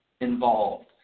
involved